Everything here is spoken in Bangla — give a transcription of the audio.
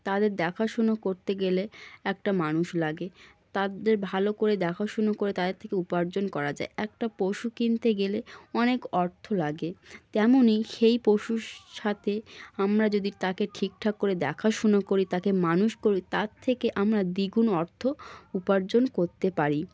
তাদের দেখাশুনো করতে গেলে একটা মানুষ লাগে তাদের ভালো করে দেখাশুনো করে তাদের থেকে উপার্জন করা যায় একটা পশু কিনতে গেলে অনেক অর্থ লাগে তেমনই সেই পশুর সাথে আমরা যদি তাকে ঠিকঠাক করে দেখাশুনো করি তাকে মানুষ করি তার থেকে আমরা দ্বিগুণ অর্থ উপার্জন করতে পারি